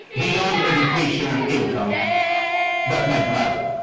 beyond education and income that might matter